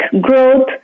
growth